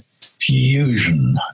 fusion